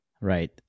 right